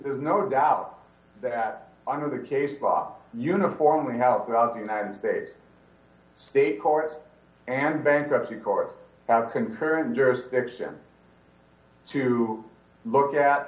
there's no doubt that under the case law uniformly now throughout the united states state courts and bankruptcy court have concurrent jurisdiction to look at